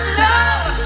love